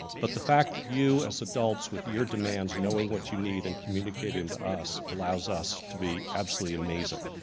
but the fact that you, as adults, with your demands, knowing what you need and communicating them to us, allows us to be absolutely amazing.